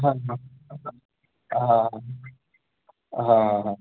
हां हां